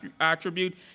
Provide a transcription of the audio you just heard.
attribute